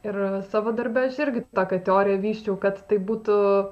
ir savo darbe aš irgi tokią teoriją vysčiau kad tai būtų